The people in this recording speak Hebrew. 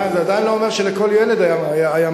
זה עדיין לא אומר שלכל ילד היה מחשב.